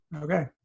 Okay